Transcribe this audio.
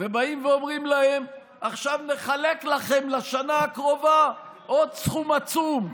ואומרים להם: עכשיו נחלק לכם לשנה הקרובה עוד סכום עצום,